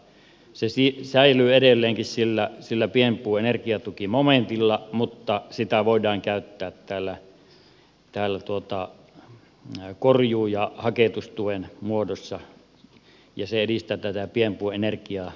se säilyy edelleenkin sillä pienpuun energiatukimomentilla mutta sitä voidaan käyttää korjuu ja haketustuen muodossa ja se edistää tätä pienpuun energiatuen käyttöä